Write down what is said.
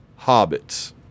hobbits